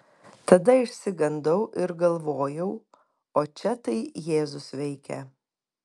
tada išsigandau ir galvojau o čia tai jėzus veikia